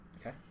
Okay